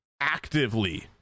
actively